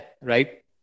right